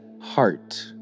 heart